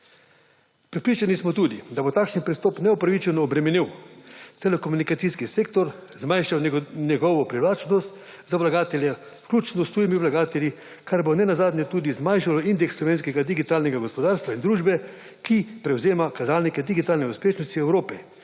Prepričani smo tudi, da bo takšen pristop neupravičeno obremenil telekomunikacijski sektor, zmanjšal njegovo priročnost za vlagatelje, vključno s tujimi vlagatelji, kar bo nenazadnje tudi zmanjšalo indeks slovenskega digitalnega gospodarstva in družbe, ki prevzema kazalnike digitalne uspešnosti Evrope